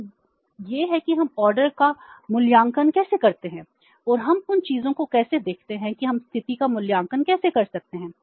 तो यह है कि हम ऑर्डर क्या है